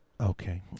Okay